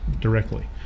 directly